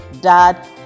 dad